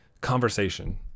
conversation